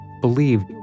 believed